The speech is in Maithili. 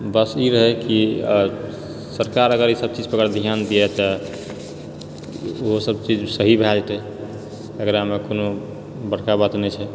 बस ई रहैकि सरकार अगर ईसब चीजपर ध्यान दिअऽ तऽ ओ सबचीज सही भए जतय एकरामे कोनो बड़का बात नहि छै